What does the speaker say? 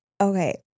Okay